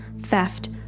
theft